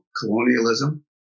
colonialism